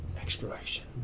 exploration